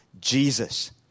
Jesus